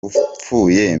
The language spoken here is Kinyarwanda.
upfuye